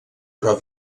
però